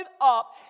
up